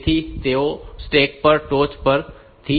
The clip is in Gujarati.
તેથી તેઓ સ્ટેપ ની ટોચ પરથી છે